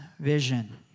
vision